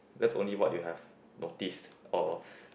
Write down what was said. that's only what you have noticed or